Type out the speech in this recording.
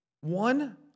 One